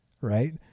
right